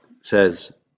says